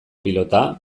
pilota